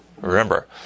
Remember